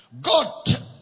God